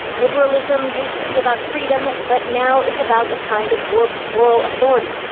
liberalism used to be about freedom but now is about a kind of warped moral authority.